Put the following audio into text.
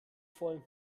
voll